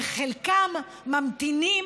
וחלקם ממתינים,